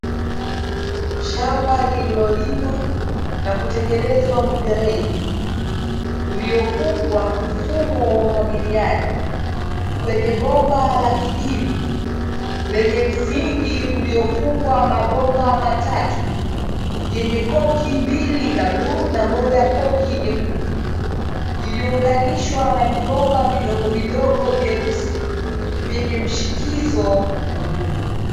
Shamba lililolimwa na kutengenezwa mfereji, uliofungwa mfumo wa umwagiliaji, kwenye bomba la kijivu, lenye msingi uliofungwa mabomba matatu, yenye koki mbili za bluu na moja koki nyekundu, iliyounganishwa na vibomba vidogo vidogo vyeusi, vyenye mshikizo ya bluu.